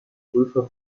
prüfer